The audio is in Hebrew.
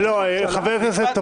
לא, חבר הכנסת טופורובסקי.